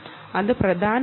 അത് പ്രധാനമാണ്